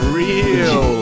real